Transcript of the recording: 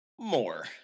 more